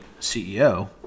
CEO